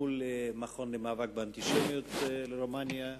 מול המכון למאבק באנטישמיות ברומניה,